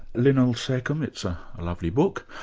linnell secomb, it's a lovely book.